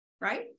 Right